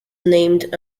named